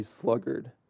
sluggard